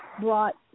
brought